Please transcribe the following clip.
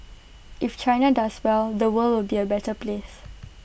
if China does well the world will be A better place